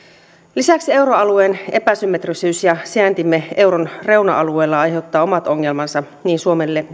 lisäksi euroalueen epäsymmetrisyys ja sijaintimme euron reuna alueella aiheuttavat omat ongelmansa niin suomelle